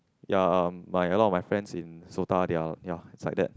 ya um my a lot of my friends in SOTA they are ya it's like that